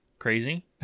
crazy